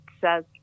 says